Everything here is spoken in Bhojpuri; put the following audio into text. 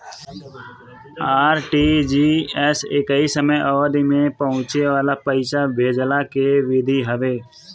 आर.टी.जी.एस एकही समय अवधि में पहुंचे वाला पईसा भेजला के विधि हवे